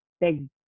big